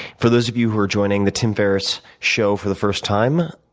for those of you who are joining the tim ferriss show for the first time,